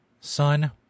Son